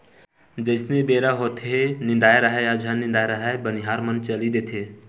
जइसने बेरा होथेये निदाए राहय या झन निदाय राहय बनिहार मन ह चली देथे